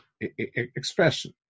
expression